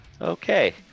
Okay